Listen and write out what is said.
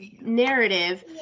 narrative